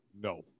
No